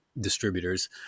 distributors